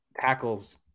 tackles